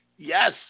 Yes